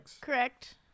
correct